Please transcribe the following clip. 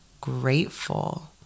grateful